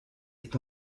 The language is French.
est